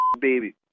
baby